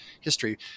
history